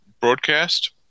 broadcast